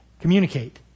communicate